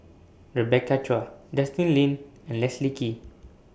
Rebecca Chua Justin Lean and Leslie Kee